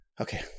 Okay